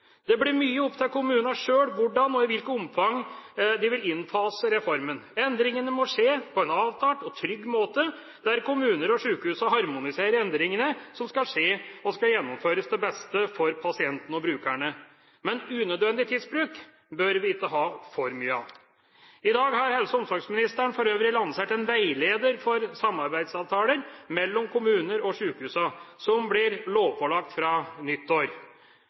Det blir mye opp til kommunene sjøl hvordan og i hvilket omfang de vil innfase reformen. Endringene må skje på en avtalt og trygg måte, der kommuner og sykehus harmoniserer endringene som skal skje og gjennomføres til beste for pasientene og brukerne. Men unødvendig tidsbruk bør vi ikke ha for mye av. I dag har helse- og omsorgsministeren for øvrig lansert en veileder for samarbeidsavtaler mellom kommuner og sykehus, som blir lovpålagt fra nyttår.